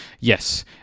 yes